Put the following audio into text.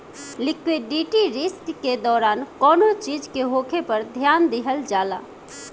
liquidity risk के दौरान कौनो चीज के होखे पर ध्यान दिहल जाला